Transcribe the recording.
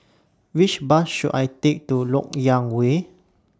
Which Bus should I Take to Lok Yang Way